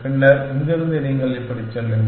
பின்னர் இங்கிருந்து நீங்கள் இப்படி செல்லுங்கள்